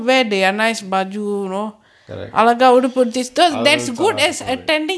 correct correct adoi salah sorry